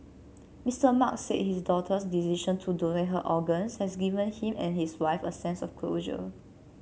Mister Mark said his daughter's decision to donate her organs has given him and his wife a sense of closure